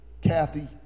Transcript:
Kathy